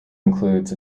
includes